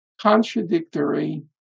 contradictory